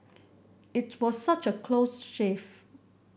it was such a close shave